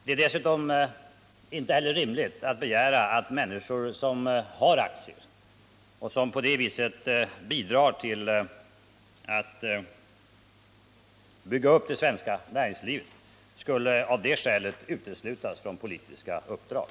Det är dessutom inte heller rimligt att begära att människor som har aktier och som på det viset bidrar till att bygga upp det svenska näringslivet av det skälet skulle uteslutas från politiska uppdrag.